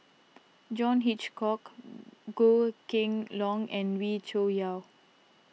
John Hitchcock Goh Kheng Long and Wee Cho Yaw